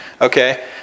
Okay